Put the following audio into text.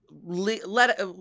Let